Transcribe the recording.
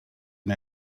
and